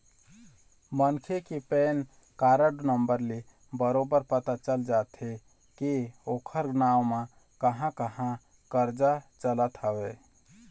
मनखे के PAN card number ले बरोबर पता चल जाथे के ओखर नांव म कहाँ कहाँ करजा चलत हवय